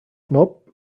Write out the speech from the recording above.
nope